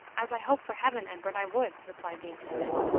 as i hope for heaven, edward, i would! replied the intendant,